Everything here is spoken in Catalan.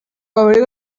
cobrir